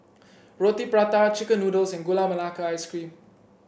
Roti Prata chicken noodles and Gula Melaka Ice Cream